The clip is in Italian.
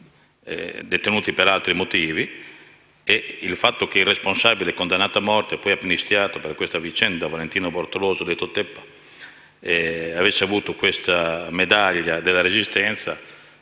detenuti per altri motivi. Il fatto che il responsabile di tale massacro, condannato a morte e poi amnistiato per questa vicenda, Valentino Bortoloso (detto "Teppa"), avesse ricevuto questa medaglia della Resistenza,